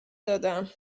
دادم